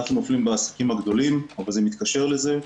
אנחנו נופלים בעסקים הגדולים וזה מתקשר לזה,